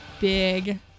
big